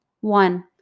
One